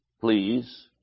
please